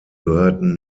gehörten